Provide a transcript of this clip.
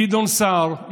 גדעון סער,